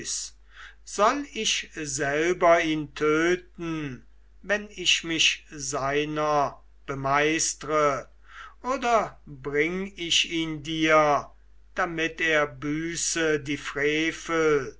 soll ich selber ihn töten wenn ich mich seiner bemeistre oder bring ich ihn dir damit er büße die frevel